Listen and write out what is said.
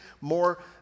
more